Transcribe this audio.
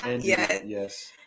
yes